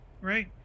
Right